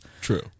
True